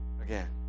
again